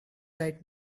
right